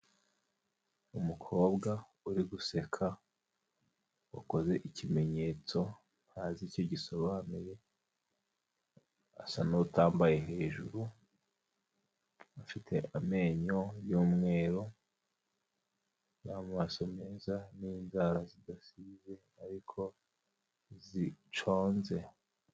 Umukobwa uri guseka wakoze ikimenyetso ntazi icyo gisobanuye, asa n'utambaye hejuru, afite amenyo y'umweru n'amaso meza n'inzara zidasize ariko ntiziconze.